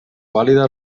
vàlida